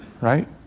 right